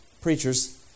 preachers